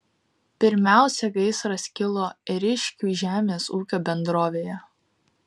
pirmiausia gaisras kilo ėriškių žemės ūkio bendrovėje